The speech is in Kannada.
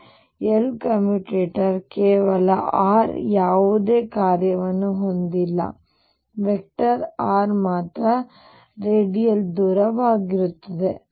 ಆದ್ದರಿಂದ L ಕಮ್ಯುಟೇಟರ್ ಕೇವಲ r ಯಾವುದೇ ಕಾರ್ಯವನ್ನು ಹೊಂದಿಲ್ಲ ವೆಕ್ಟರ್ r ಮಾತ್ರ ರೇಡಿಯಲ್ ದೂರವು 0 ಆಗಿರುತ್ತದೆ